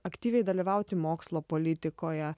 aktyviai dalyvauti mokslo politikoje